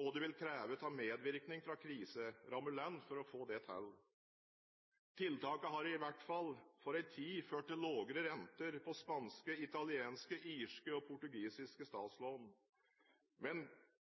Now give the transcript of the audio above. og hva det vil kreve av medvirkning fra kriserammede land for å få det til. Tiltakene har i alle fall for en tid ført til lavere renter på spanske, italienske, irske og portugisiske statslån. Men